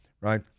right